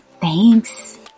Thanks